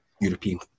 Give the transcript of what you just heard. European